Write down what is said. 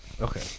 Okay